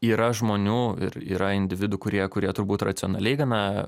yra žmonių ir yra individų kurie kurie turbūt racionaliai gana